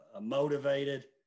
motivated